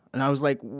and i was like,